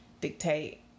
dictate